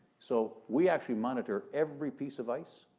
so, we actually monitor every piece of ice.